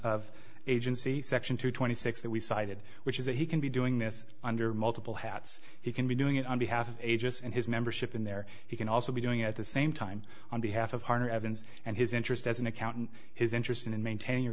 of agency section two twenty six that we cited which is that he can be doing this under multiple hats he can be doing it on behalf of agents and his membership in there he can also be doing at the same time on behalf of hard evidence and his interest as an accountant his interest in maintain